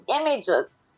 images